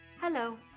Hello